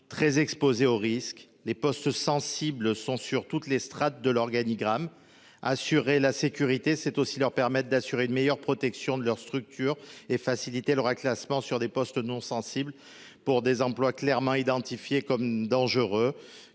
très exposés aux risques les postes sensibles sont sur toutes les strates de l'organigramme, assurer la sécurité c'est aussi leur permettent d'assurer une meilleure protection de leur structure et faciliter le reclassement sur des postes non-sensible pour des emplois clairement identifié comme dangereux,